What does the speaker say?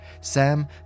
Sam